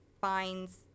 finds